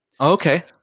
Okay